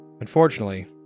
Unfortunately